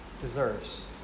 deserves